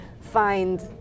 find